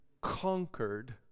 conquered